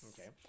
Okay